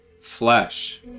flesh